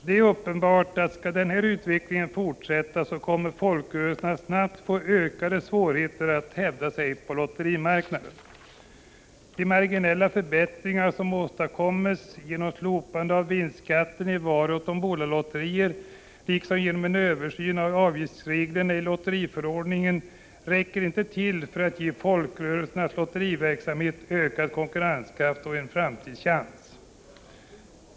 Det är uppenbart att om denna utveckling fortsätter kommer folkrörelserna att snabbt få ökade svårigheter att hävda sig på lotterimarknaden. De marginella förbättringar som åstadkommes genom slopande av vinstskatten i varuoch tombolalotterier och genom en översyn av avgiftsreglerna ilotteriförordningen räcker inte till för att ge folkrörelsernas lotteriverksamhet ökad konkurrenskraft och en framtidschans.